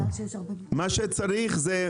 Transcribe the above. מה שצריך זה,